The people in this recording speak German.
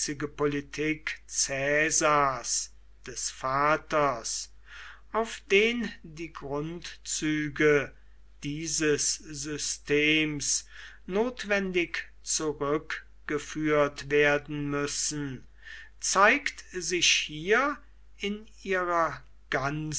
politik caesars des vaters auf den die grundzüge dieses systems notwendig zurückgeführt werden müssen zeigt sich hier in ihrer